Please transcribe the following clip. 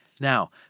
Now